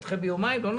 נדחה ביומיים ולא נצביע,